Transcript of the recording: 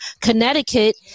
Connecticut